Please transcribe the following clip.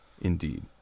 Indeed